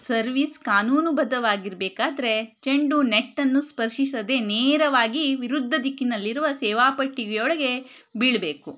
service ಕಾನೂನುಬದ್ಧವಾಗಿರಬೇಕಾದ್ರೆ ಚೆಂಡು ನೆಟ್ಟನ್ನು ಸ್ಪರ್ಶಿಸದೇ ನೇರವಾಗಿ ವಿರುದ್ಧ ದಿಕ್ಕಿನಲ್ಲಿರುವ ಸೇವಾ ಪೆಟ್ಟಿಗೆಯೊಳಗೆ ಬೀಳಬೇಕು